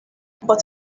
but